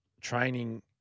training